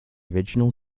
original